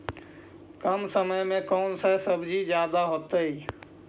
कम समय में कौन से सब्जी ज्यादा होतेई?